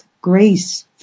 Grace